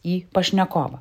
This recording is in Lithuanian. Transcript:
į pašnekovą